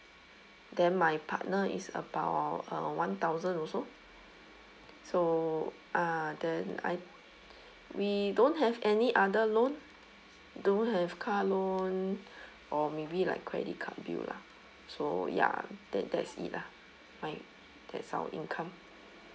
then my partner is about uh one thousand also so uh then I we don't have any other loan don't have car loan or maybe like credit card bill lah so ya that that's it lah my that's our income